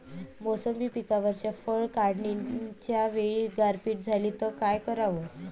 मोसंबी पिकावरच्या फळं काढनीच्या वेळी गारपीट झाली त काय कराव?